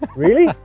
but really?